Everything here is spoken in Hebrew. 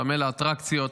צמא לאטרקציות,